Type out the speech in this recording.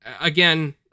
again